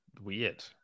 weird